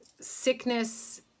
sickness